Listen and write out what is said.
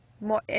more